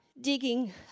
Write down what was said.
Digging